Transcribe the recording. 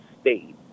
state